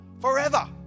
forever